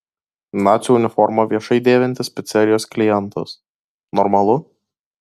nacių uniformą viešai dėvintis picerijos klientas normalu